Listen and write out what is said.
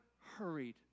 hurried